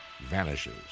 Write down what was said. Vanishes